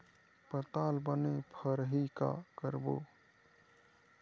पताल बने फरही का करबो?